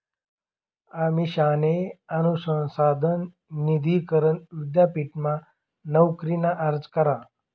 अमिषाने अनुसंधान निधी करण विद्यापीठमा नोकरीना अर्ज करा